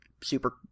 super